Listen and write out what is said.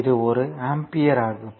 இது ஒரு ஆம்பியர் ஆகும்